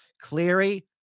Cleary